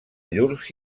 llurs